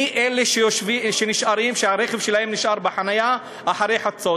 מי אלה שנשארים, שהרכב שלהם נשאר בחניה אחרי חצות?